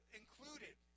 included